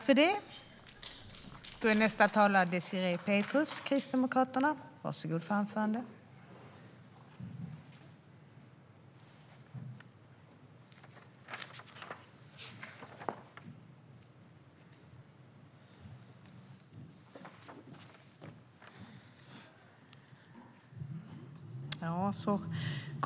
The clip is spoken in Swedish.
Fru talman! Det här är en viktig fråga.